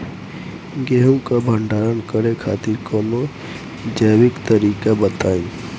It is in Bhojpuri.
गेहूँ क भंडारण करे खातिर कवनो जैविक तरीका बताईं?